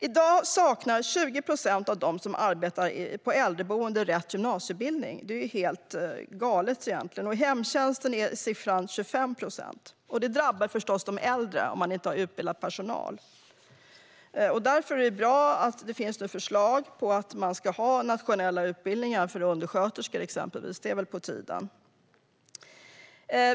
I dag saknar 20 procent av dem som arbetar på äldreboenden rätt gymnasieutbildning, vilken egentligen är helt galet. I hemtjänsten är motsvarande siffra 25 procent. Det drabbar förstås de äldre om personalen inte har rätt utbildning. Det är därför bra att det nu finns förslag om att man ska ha nationella utbildningar för exempelvis undersköterskor. Det är väl på tiden.